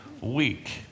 week